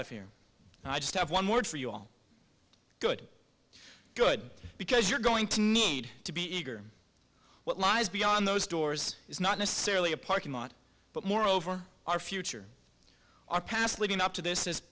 of here i just have one word for you all good good because you're going to need to be eager what lies beyond those doors is not necessarily a parking lot but moreover our future our past leading up to this has